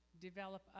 develop